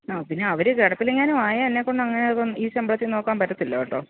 ആ പിന്നെ അവർ കിടപ്പിലെങ്ങാനും ആയാൽ എന്നെക്കൊണ്ട് അങ്ങനെ ഇപ്പം ഈ ശമ്പളത്തിൽ നോക്കാന് പറ്റത്തില്ല കേട്ടോ